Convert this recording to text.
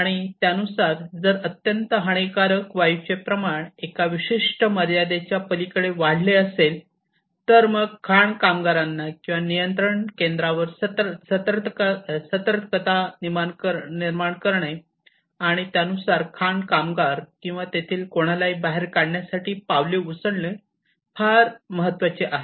आणि त्यानुसार जर अत्यंत हानिकारक वायूचे प्रमाण एका विशिष्ट मर्यादेच्या पलीकडे वाढले असेल तर मग खाण कामगारांना किंवा नियंत्रण केंद्रावर सतर्कता निर्माण करणे आणि त्यानुसार खाण कामगार किंवा तेथील कोणालाही बाहेर काढण्यासाठी पावले उचलणे फार महत्वाचे आहे